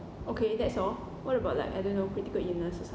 okay that's all what about like I don't know critical illness or